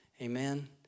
Amen